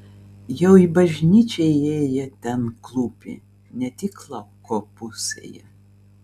jau į bažnyčią įėję ten klūpi ne tik lauko pusėje